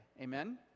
Amen